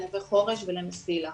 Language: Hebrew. ל'נווה חורש' ול'מסילה'.